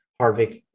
Harvick